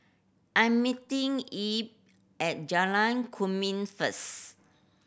I'm meeting Ebb at Jalan Kemuning first